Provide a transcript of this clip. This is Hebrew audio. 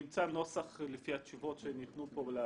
לראות שהנתונים נשלפו טוב.